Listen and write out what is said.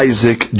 Isaac